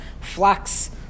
flax